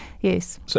yes